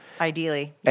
Ideally